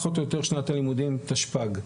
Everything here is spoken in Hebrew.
פחות או יותר שנת הלימודים תשפ"ג,